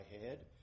head